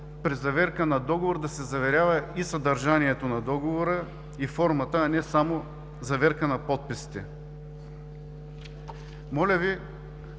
при заверка на договор да се заверява и съдържанието на договора, и формата, а не само заверка на подписите. Моля Ви,